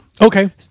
Okay